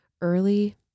early